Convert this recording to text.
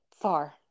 far